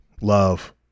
love